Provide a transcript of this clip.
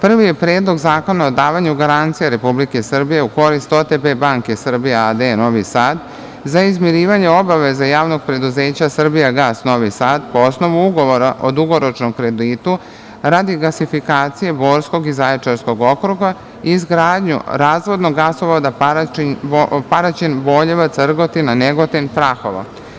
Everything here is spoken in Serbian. Prvi je Predlog zakona o davanju garancija Republike Srbije u korist OTP Banke Srbije a.d. Novi Sad za izmirivanje obaveza JP Srbijagas Novi Sad po osnovu ugovora o dugoročnom kreditu, radi gasifikacije Borskog i Zaječarskog okruga i izgradnju razvodnog gasovoda Paraćin-Boljevac-Rgotina-Negotin-Prahovo.